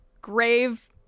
grave